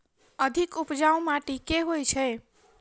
अधिक उपजाउ माटि केँ होइ छै?